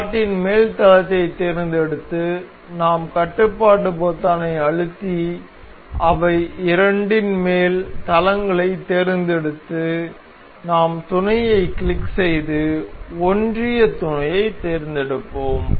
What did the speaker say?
ஸ்லாட்டின் மேல் தளத்தைத் தேர்ந்தெடுத்து நாம் கட்டுப்பாடு பொத்தானை அழுத்தி அவை இரண்டின் மேல் தளங்களைத் தேர்ந்தெடுத்து நாம் துணையை கிளிக் செய்து ஒன்றிய துணையைத் தேர்ந்தெடுப்போம்